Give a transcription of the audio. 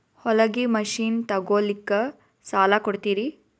ಹೊಲಗಿ ಮಷಿನ್ ತೊಗೊಲಿಕ್ಕ ಸಾಲಾ ಕೊಡ್ತಿರಿ?